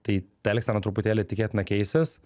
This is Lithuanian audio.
tai ta elgsena truputėlį tikėtina keisis